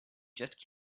just